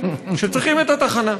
שצריכים את התחנה.